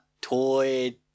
toy